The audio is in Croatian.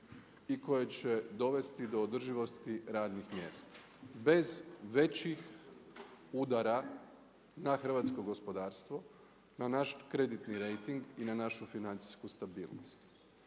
i koje će dovesti do održivosti radnih mjesta, bez većih udara na hrvatsko gospodarstvo, na naš kreditni rejting i na našu financijsku stabilnost.